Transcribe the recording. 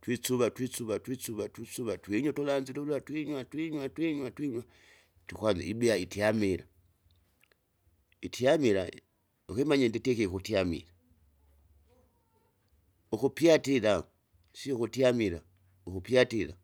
Twisuva twisuva twisuva twisuva twinywa utulanzi lula twinywe twinywe twinywe twinywe, tukwanda ibia itamira, itiamira ukimanye nditie ikuti amira, ukupyatira sio ukutyamira ukupyatira,